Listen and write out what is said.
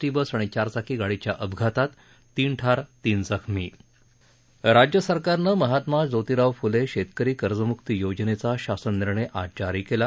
T bus आणि चारचाकी गाडीच्या अपघातात तीन ठार तीन जखमी राज्य सरकारनं महात्मा जोतिराव फ्ले शेतकरी कर्जम्क्ती योजनेचा शासन निर्णय आज जारी केला